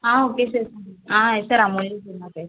okay sir yes sir Amulya sir నా పేరు